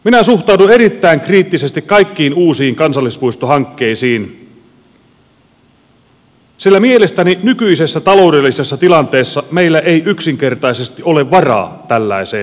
minä suhtaudun erittäin kriittisesti kaikkiin uusiin kansallispuistohankkeisiin sillä mielestäni nykyisessä taloudellisessa tilanteessa meillä ei yksinkertaisesti ole varaa tällaiseen toimintaan